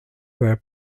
where